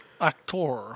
Actor